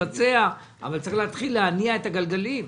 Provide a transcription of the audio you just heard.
לבצע אבל צריך להתחיל להניע את הגלגלים.